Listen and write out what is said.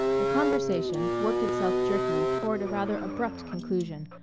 the conversation worked itself jerkily toward a rather abrupt conclusion,